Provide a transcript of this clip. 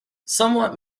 somewhat